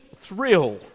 thrill